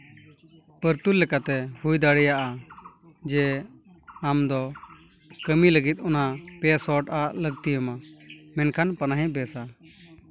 ᱯᱟᱹᱨᱛᱩᱞ ᱞᱮᱠᱟᱛᱮ ᱦᱩᱭ ᱫᱟᱲᱮᱭᱟᱜᱼᱟ ᱡᱮ ᱟᱢ ᱫᱚ ᱠᱟᱹᱢᱤ ᱞᱟᱹᱜᱤᱫ ᱚᱱᱟ ᱯᱮ ᱥᱚᱨᱴᱟᱜ ᱞᱟᱹᱠᱛᱤ ᱟᱢᱟ ᱢᱮᱱᱠᱷᱟᱱ ᱯᱟᱱᱟᱦᱤ ᱵᱮᱥᱟ